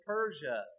Persia